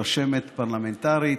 רשמת פרלמנטרית,